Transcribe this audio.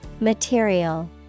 Material